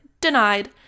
denied